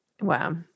Wow